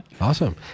Awesome